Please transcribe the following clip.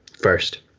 first